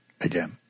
again